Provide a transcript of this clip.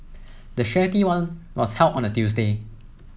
the charity run was held on a Tuesday